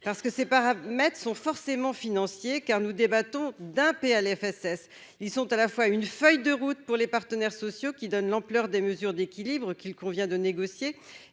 parce que ces paramètres sont forcément financier car nous débattons d'un PLFSS ils sont à la fois une feuille de route pour les partenaires sociaux qui donnent l'ampleur des mesures d'équilibre qu'il convient de négocier